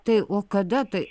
tai o kada tai